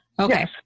Okay